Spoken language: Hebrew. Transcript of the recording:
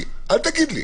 אלה עובדות.